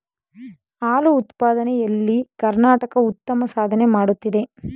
ಹಾಲು ಉತ್ಪಾದನೆ ಎಲ್ಲಿ ಕರ್ನಾಟಕ ಉತ್ತಮ ಸಾಧನೆ ಮಾಡುತ್ತಿದೆ